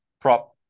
prop